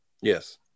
Yes